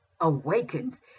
awakens